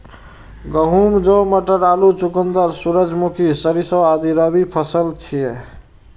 गहूम, जौ, मटर, आलू, चुकंदर, सूरजमुखी, सरिसों आदि रबी फसिल छियै